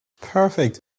Perfect